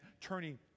turning